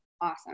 Awesome